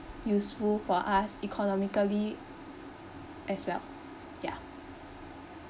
useful for us economically as well yeah